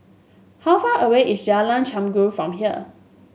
how far away is Jalan Chengam from here